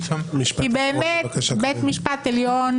כי באמת בית משפט עליון,